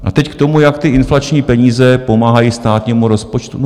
A teď k tomu, jak inflační peníze pomáhají státnímu rozpočtu.